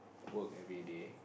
work every day